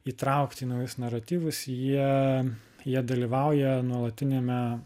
įtraukti naujus naratyvus jie jie dalyvauja nuolatiniame